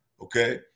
Okay